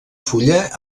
fulla